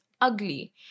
ugly